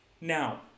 Now